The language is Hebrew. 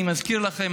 אני מזכיר לכם,